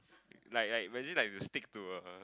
like like imagine like you stick to a